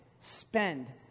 Spend